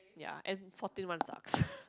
ya and fourteen one sucks